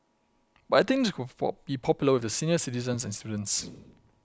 but I think this could fall be popular with the senior citizens and students